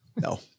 No